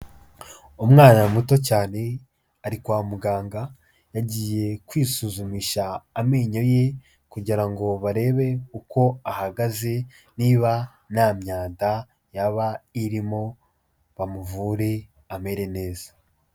Umwana muto cyane ari kwa muganga, yagiye kwisuzumisha amenyo ye kugira ngo barebe uko ahagaze, niba nta myanda yaba irimo, bamuvure amere neza.